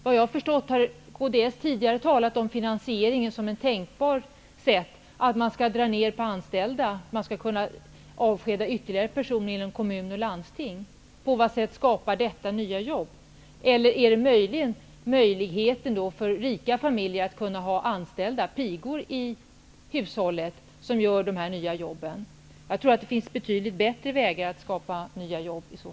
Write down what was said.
Vad jag har förstått har kds tidigare talat om en neddragning av antalet anställda -- man skall kunna avskeda ytterligare personer inom kommuner och landsting -- som ett tänkbart sätt att finansiera reformen. På vad sätt skapar detta nya jobb? Är det möjligheten för rika familjer att ha anställda pigor i hushållet som skapar dessa jobb? Jag tror i så fall att det finns betydligt bättre vägar att skapa nya jobb.